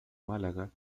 málaga